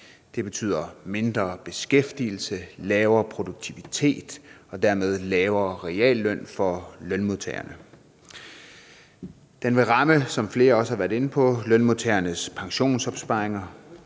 det betyder mindre beskæftigelse, lavere produktivitet og dermed laver realløn for lønmodtagerne. Den vil ramme, som flere også har været inde på, lønmodtagernes pensionsopsparinger.